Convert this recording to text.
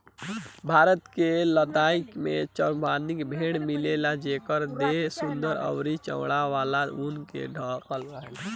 भारत के लद्दाख में चांगथांगी भेड़ मिलेली जेकर देह सुंदर अउरी चौड़ा वाला ऊन से ढकल रहेला